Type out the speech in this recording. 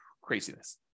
Craziness